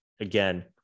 Again